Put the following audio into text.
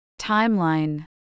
Timeline